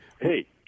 hey